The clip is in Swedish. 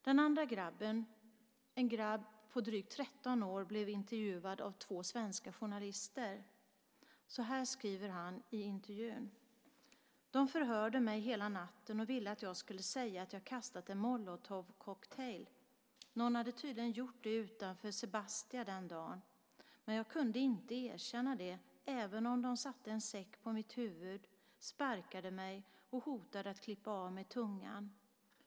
Det andra fallet gäller en grabb på drygt 13 år. Han blev intervjuad av två svenska journalister. I intervjun säger han följande: De förhörde mig hela natten och ville att jag skulle säga att jag kastat en molotovcocktail. Någon hade tydligen gjort det utanför Sebastia den dagen. Men jag kunde inte erkänna det även om de satte en säck över mitt huvud, sparkade mig och hotade att klippa av mig tungan.